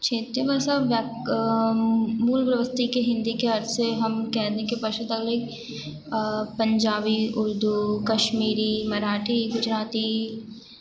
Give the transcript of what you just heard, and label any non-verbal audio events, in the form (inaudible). क्षेत्रीय भाषा वाक मूल (unintelligible) के हिंदी के अर्थ से हम कहने के (unintelligible) पंजाबी उर्दू कश्मीरी मराठी गुजराती